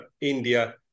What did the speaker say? India